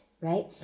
right